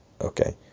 Okay